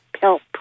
help